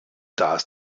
das